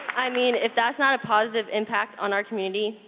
i mean if that's not a positive impact on our community,